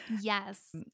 yes